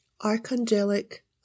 Archangelic